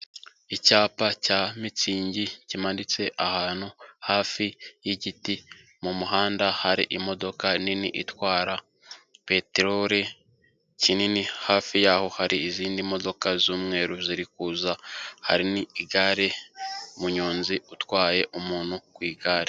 Icyapa cya mitsingi kimanitse ahantu hafi y'igiti, mu muhanda hari imodoka nini itwara peteroli, kinini, hafi y'aho hari izindi modoka z'umweru ziri kuza, hari n'igare, umunyonzi utwaye umuntu ku igare.